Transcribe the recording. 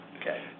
Okay